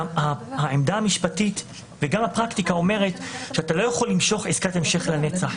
העמדה המשפטית וגם הפרקטיקה אומרת שאתה לא יכול למשוך עסקת המשך לנצח,